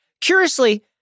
Curiously